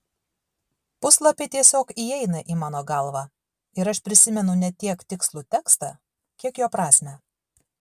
puslapiai tiesiog įeina į mano galvą ir aš prisimenu ne tiek tikslų tekstą kiek jo prasmę